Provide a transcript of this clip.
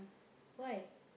why